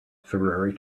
february